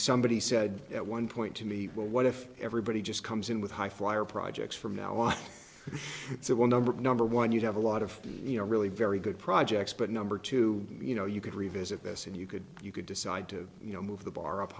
somebody said at one point to me well what if everybody just comes in with high flyer projects from now on so well number one number one you have a lot of you know really very good projects but number two you know you could revisit this and you could you could decide to you know move the bar up